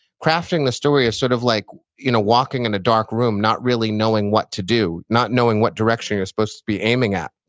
crafting the story is sort of like you know walking in a dark room, not really knowing what to do, not knowing what direction you're supposed to be aiming at.